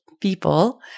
people